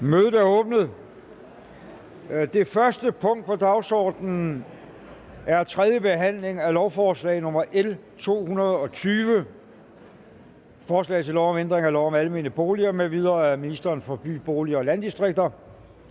Mødet er åbnet. --- Det første punkt på dagsordenen er: 1) 3. behandling af lovforslag nr. L 220: Forslag til lov om ændring af lov om almene boliger m.v. (Forhøjelse af Landsbyggefondens